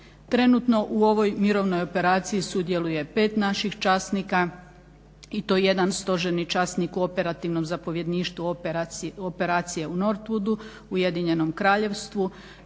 Trenutno u ovoj mirovnoj operaciji sudjeluje pet naših časnika i to jedan stožerni časnik u operativnom zapovjedništvu operacije u Nortwoodu, Ujedinjenom Kraljevstvu.